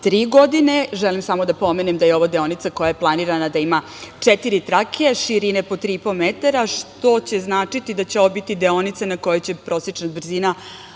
godine. Želim samo da pomenem da je ovo deonica koja je planirana da ima četiri trake, širine po 3,5 metara što će značiti da će ovo biti deonica na kojoj će prosečna brzina